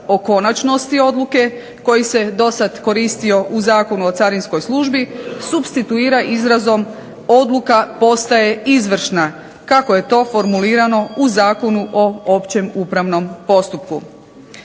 o konačnosti odluke koji se do sad koristio u Zakonu o carinskoj službi supstituira izrazom Odluka postaje izvršna kako je to formulirano u Zakonu o općem upravnom postupku.